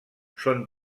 són